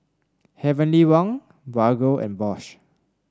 Heavenly Wang Bargo and Bosch